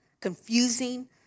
confusing